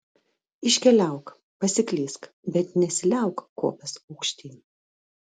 iškeliauk pasiklysk bet nesiliauk kopęs aukštyn